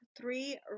three